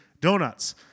donuts